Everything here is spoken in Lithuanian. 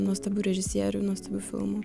nuostabių režisierių nuostabių filmų